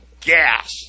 gas